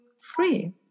free